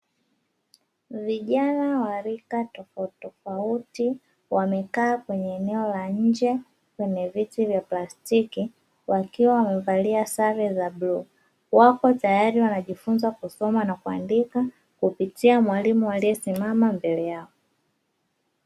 Vijana wa rika tofauti wamekaa kwenye eneo la nje kwenye viti vya plastiki wakiwa wamevalia sare za bluu, wako tayari wanajifunza kusoma na kuandika kupitia mwalimu aliyesimama mbele yao.